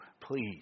please